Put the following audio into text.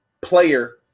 player